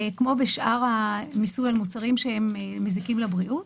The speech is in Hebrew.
כמו בשאר המיסוי על מוצרים שמזיקים לבריאות.